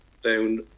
down